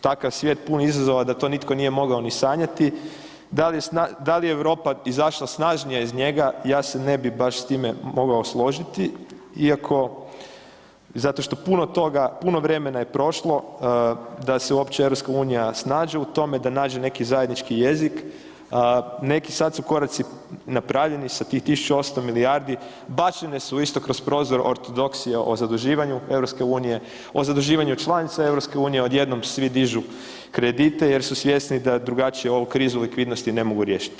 Takav svijet pun izazova da to nitko nije mogao ni sanjati, da li je Europa izašla snažnija iz njega ja se ne bi baš s time mogao složiti iako zato što puno toga, puno vremena je prošlo da se uopće EU snađe u tome, da nađe neki zajednički jezik, neki sad su koraci napravljeni sa tih 1800 milijardi, bačene su isto kroz prozor ortodoksije o zaduživanju EU, o zaduživanju članica EU, odjednom svi dižu kredite jer su svjesni da drugačije ovu krizu likvidnosti ne mogu riješiti.